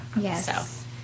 Yes